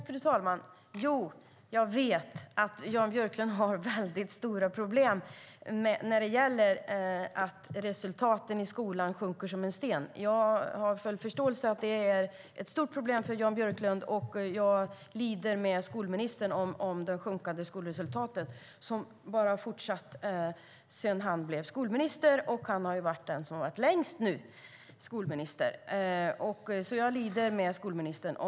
Fru talman! Jag vet att Jan Björklund har stora problem med att resultaten i skolan sjunker som en sten. Jag lider med skolministern eftersom skolresultaten bara fortsatt att sjunka sedan han blev skolminister, och han har ju varit skolminister längst nu.